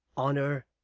honour!